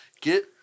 get